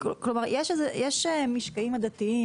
יש משקעים עדתיים,